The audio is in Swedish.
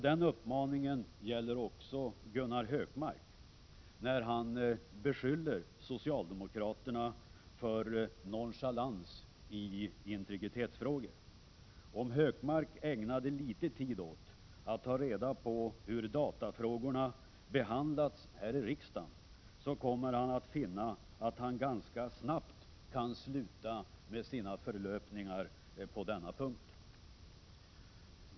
Denna uppmaning gäller också Gunnar Hökmark, när han beskyller socialdemokraterna för nonchalans i integritetsfrågor. Om Hökmark ägnade litet tid åt att ta reda på hur datafrågorna behandlats här i riksdagen, så kommer han att finna att han ganska snart kan sluta med sina förlöpningar på denna punkt.